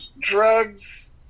drugs